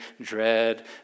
dread